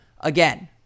Again